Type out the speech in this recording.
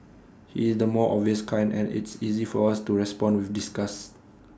he is the more obvious kind and it's easy for us to respond with disgust